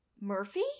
Murphy